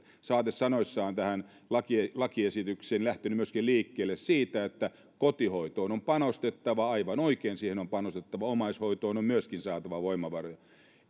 saatesanoissaan tähän lakiesitykseen lähtenyt myöskin liikkeelle siitä että kotihoitoon on panostettava aivan oikein siihen on panostettava ja omaishoitoon on myöskin saatava voimavaroja